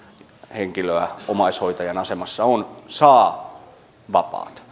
henkilö omaishoitajan asemassa on saa vapaata